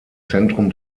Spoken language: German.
zentrum